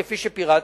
כפי שפירטתי,